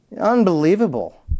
Unbelievable